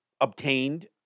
obtained